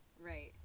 right